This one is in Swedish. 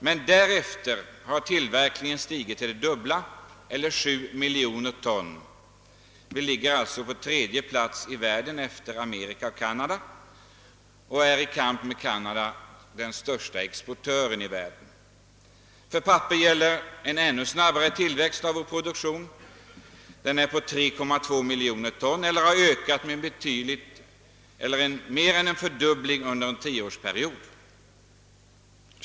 Men därefter har tillverkningen stigit till det dubbla eller 7 miljoner ton. Vi ligger på tredje plats i världen efter Amerika och Kanada och är i konkurrens med Kanada den största exportören i världen. För papper har skett en ännu snabbare tillväxt av vår produktion. Den är nu uppe i 3,5 miljoner ton, vilket motsvarar mer än en fördubbling under en tioårsperiod.